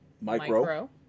micro